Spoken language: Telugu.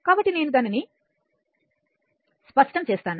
కాబట్టి నేను దానిని శుభ్రం చేస్తాను